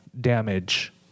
damage